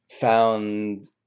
found